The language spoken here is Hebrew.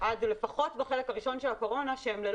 לפחות בחלק הראשון של הקורונה,